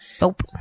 Nope